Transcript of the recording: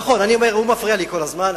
נכון, הוא מפריע לי כל הזמן.